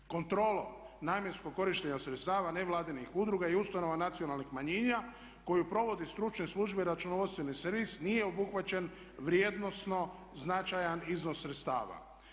Kontrolom namjenskog korištenja sredstava nevladinih udruga i ustanova nacionalnih manjina koju provode stručne službe i računovodstveni servis nije obuhvaćen vrijednosno značajan iznos sredstava.